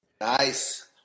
Nice